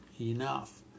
enough